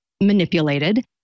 manipulated